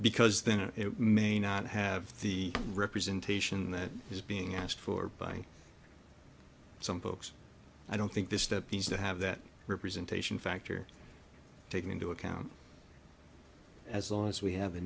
because then it may not have the representation that is being asked for by some folks i don't think this that these that have that representation factor taken into account as long as we have